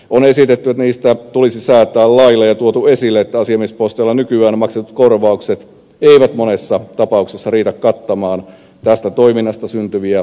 on esitetty että niistä tulisi säätää lailla ja on tuotu esille että asiamiesposteille nykyään maksetut korvaukset eivät monessa tapauksessa riitä kattamaan tästä toiminnasta syntyviä kustannuksia